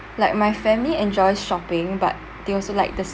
like my family enjoy shopping but they also like the